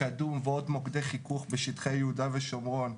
קדום ובעוד מוקדי חיכוך בשטחי יהודה ושומרון.